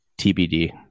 TBD